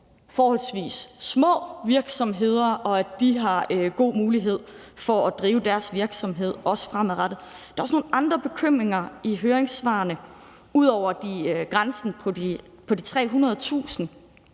forholdsvis små virksomheder, og at de har god mulighed for at drive deres virksomhed også fremadrettet. Der er også nogle andre bekymringer i høringssvarene ud over grænsen på de 300.000